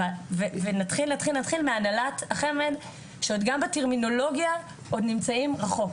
ונתחיל נתחיל נתחיל מהנהלת החמ"ד שעוד גם בטרמינולוגיה עוד נמצאים רחוק,